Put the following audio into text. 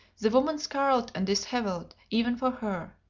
the woman scarlet and dishevelled even for her.